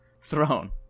throne